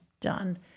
done